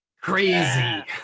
crazy